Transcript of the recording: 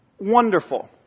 Wonderful